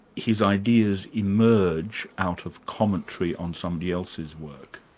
his ideas emerge out of commentary on somebody else's work?